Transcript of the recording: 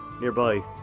Nearby